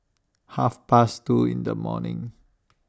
Half Past two in The morning